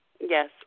Yes